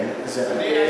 כן, זהו.